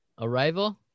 Arrival